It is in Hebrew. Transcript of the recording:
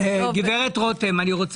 רגע, האם יש